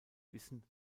wissen